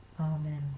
Amen